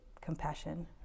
compassion